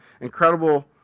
incredible